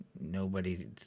Nobody's